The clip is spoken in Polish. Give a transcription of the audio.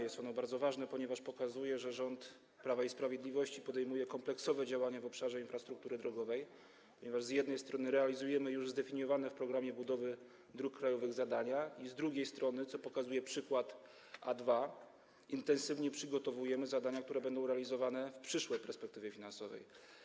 Jest ono bardzo ważne, ponieważ pokazuje, że rząd Prawa i Sprawiedliwości podejmuje kompleksowe działania w obszarze infrastruktury drogowej, ponieważ z jednej strony realizujemy już zdefiniowane w programie budowy dróg krajowych zadania, a z drugiej strony, co pokazuje przykład autostrady A2, intensywnie przygotowujemy zadania, które będą realizowane w przyszłej perspektywie finansowej.